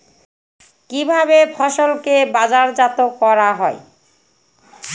কিভাবে ফসলকে বাজারজাত করা হয়?